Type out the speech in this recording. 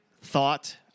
thought